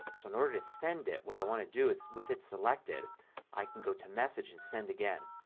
so in order to send it what i want to do is with it selected i can go to message and send again.